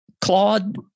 Claude